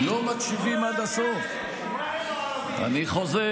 על הערבים הוא לא שמע.